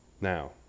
now